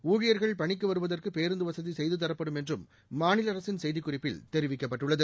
ஊழியர்கள் பணிக்கு வருவதற்கு பேருந்து வசதி செய்து தரப்படும் என்றும் மாநில அரசின் செய்திக் குறிப்பில் தெரிவிக்கப்பட்டுள்ளது